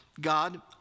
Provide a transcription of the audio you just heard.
God